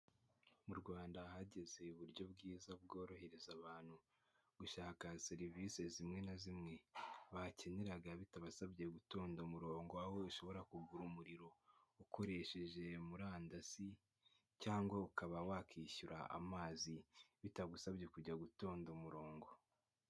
Mu Rwanda hageze uburyo bwiza bworohereza abantu gushaka serivisi zimwe na zimwe bakeneraga bitabasabye gutonda umurongo, aho ushobora kugura umuriro ukoresheje murandasi cyangwa ukaba wakishyura amazi bitagusabye kujya gutonda umurongo.